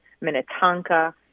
Minnetonka